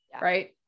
right